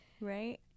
right